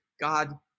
God